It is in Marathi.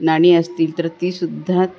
नाणी असतील तर तीसुद्धा